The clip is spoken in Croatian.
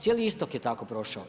Cijeli istok je tako prošao.